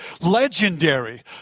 legendary